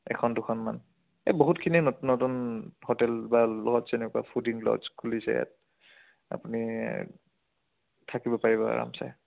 এখন দুখনমান এই বহুতখিনি নতুন নতুন হোটেল বা লজ এনেকুৱা ফুডিং লজ খুলিছে ইয়াত আপুনি থাকিব পাৰিব আৰামচে